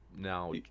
now